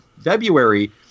February